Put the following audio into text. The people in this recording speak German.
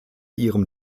ihrem